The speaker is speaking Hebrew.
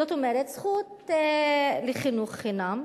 זאת אומרת, זכות לחינוך חינם.